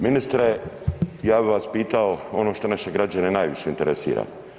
Ministre, ja bi vas pitao ono što naše građane najviše interesira.